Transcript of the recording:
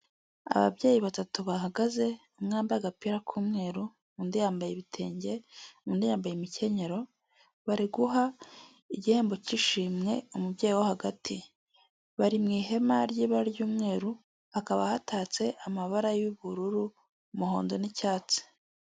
Ababyeyi batatu bahagaze umwe wambaye agapira k'umweru undi yambaye ibitenge undi yambaye imikenyero. Bari guha igihembo k'ishimwe umubyeyi wo hagati, bari mu ihema ry'umweru, hakaba hatatse amabara y'ubururu, umuhondo, n'icyatsi.